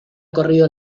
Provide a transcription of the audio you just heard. corrido